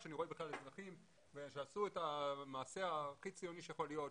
כשאני רואה אזרחים שעשו את המעשה הכי ציוני שיכול להיות,